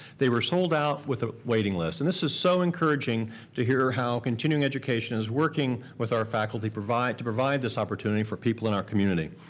they were sold out with a waiting list. and this is so encouraging to hear how continuing education is working with our faculty to provide this opportunity for people in our community.